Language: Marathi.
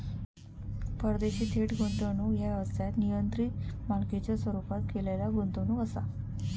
परदेशी थेट गुंतवणूक ह्या व्यवसायात नियंत्रित मालकीच्यो स्वरूपात केलेला गुंतवणूक असा